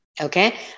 Okay